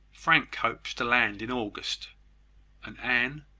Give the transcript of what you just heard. frank hopes to land in august and anne,